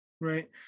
right